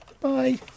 Bye